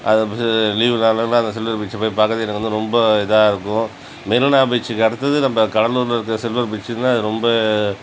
leave நாளெலலாம் அந்த silver பீச்சை போய் பார்க்குறது எனக்கு வந்து ரொம்ப இதாக இருக்கும் மெரினா பீச்சுக்கு அடுத்தது நம்ம கடலூரில் இருக்கிற சில்வர் பீச்சு தான் ரொம்ப